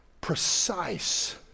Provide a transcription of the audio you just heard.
precise